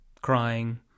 crying